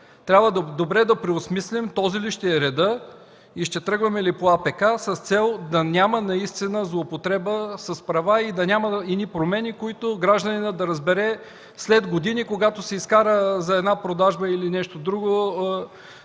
Трябва добре да преосмислим този ли ще е редът и ще тръгваме ли по АПК с цел да няма наистина злоупотреба с права и да няма едни промени, за които гражданинът да разбере след години, когато за продажба или нещо друго